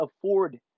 afford